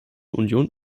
union